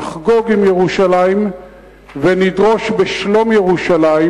נחגוג עם ירושלים ונדרוש בשלום ירושלים.